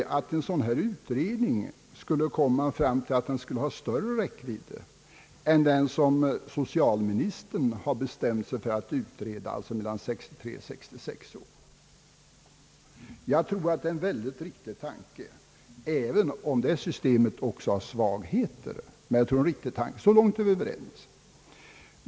Jag kan t.o.m. tänka mig att en sådan här utredning skulle få större räckvidd än den som socialministern har beslutat och som innebär en prövning av frågan om förtidspensionering mellan 63 och 66 år. Jag tror att flexibiliteten är en riktig tanke, även om det systemet har svagheter — så långt är vi överens.